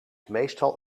meestal